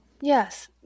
Yes